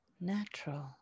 Natural